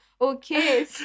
Okay